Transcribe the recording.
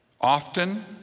Often